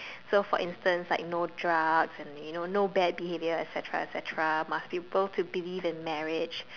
so for instance you know no drugs and you know no bad behaviours etc etc must be bow to believe in marriage